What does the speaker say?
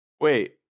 Wait